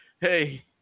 Hey